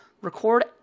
record